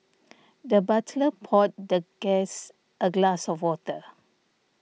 the butler poured the guest a glass of water